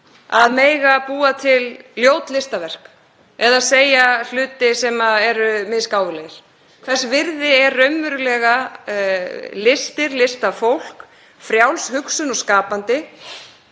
að mega búa til ljót listaverk eða segja hluti sem eru misgáfulegir? Hvers virði eru raunverulega listir, listafólk, frjáls hugsun og skapandi